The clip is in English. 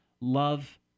Love